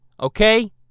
Okay